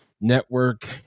network